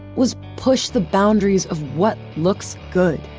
was push the boundaries of what looks good.